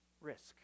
risk